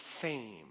fame